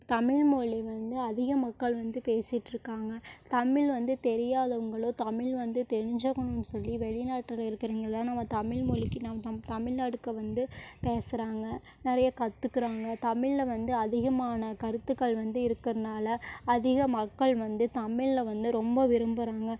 தமிழ் மொலி வந்து அதிக மக்கள் வந்து பேசிகிட்ருக்காங்க தமிழ் வந்து தெரியாதவங்களும் தமிழ் வந்து தெரிஞ்சவங்கன்னு சொல்லி வெளிநாட்டில் இருக்கிறவங்கெல்லாம் நம்ம தமிழ் மொலிக்கு நம் நம் தமிழ்நாடுக்கு வந்து பேசுகிறாங்க நிறைய கத்துக்கிறாங்க தமிழ்ல வந்து அதிகமான கருத்துக்கள் வந்து இருக்கிறதுனால அதிக மக்கள் வந்து தமிழ்ல வந்து ரொம்ப விரும்புகிறாங்க